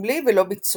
סמלי ולא ביצועי.